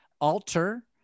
alter